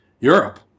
Europe